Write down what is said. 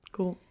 Cool